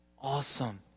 Awesome